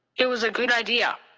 it was a good idea.